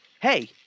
hey